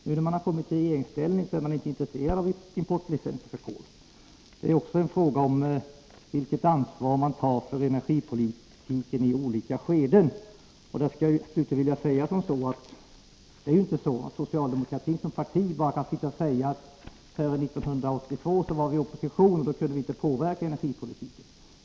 Nu när man kommit i regeringsställning är man inte intresserad av importlicenser för kol. Det är också en fråga om vilket ansvar man tar för energipolitiken i olika skeden. Jag skulle slutligen vilja påpeka att socialdemokratin som parti inte bara kan säga att man 1982 var i opposition och därför inte kunde påverka energipolitiken.